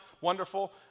wonderful